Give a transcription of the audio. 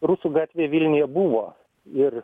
rusų gatvė vilniuje buvo ir